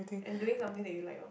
and doing something that you like orh